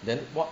then what